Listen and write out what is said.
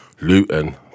Luton